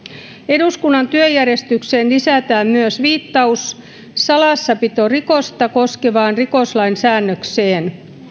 eduskunnan työjärjestykseen lisätään myös viittaus salassapitorikosta koskevaan rikoslain säännökseen